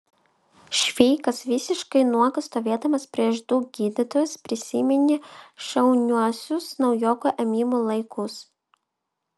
šveikas visiškai nuogas stovėdamas prieš du gydytojus prisiminė šauniuosius naujokų ėmimo laikus